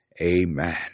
Amen